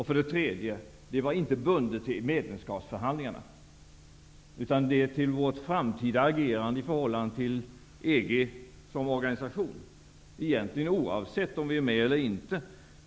För det tredje var detta inte bundet till medlemskapsförhandlingarna, utan det är bundet till vårt framtida agerande i förhållande till EG som organisation -- egentligen oavsett om vi är med eller inte.